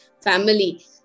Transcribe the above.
family